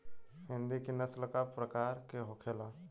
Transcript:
हिंदी की नस्ल का प्रकार के होखे ला?